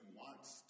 wants